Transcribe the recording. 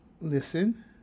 Listen